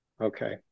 okay